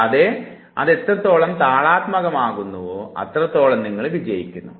കൂടാതെ അത് എത്രത്തോളം താളാത്മകമാകുന്നുവോ അത്രത്തോളം നിങ്ങൾ വിജയിക്കുന്നു